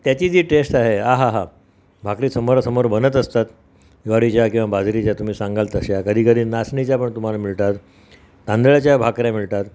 त्याची जी टेस्ट आहे आहा हा भाकरी समोरासमोर बनत असतात ज्वारीच्या किंवा बाजरीच्या तुम्ही सांगाल तशा कधी कधी नाचणीच्या पण तुम्हाला मिळतात तांदळ्याच्या भाकऱ्या मिळतात